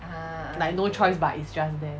like no choice but it's just there